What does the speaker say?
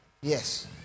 Yes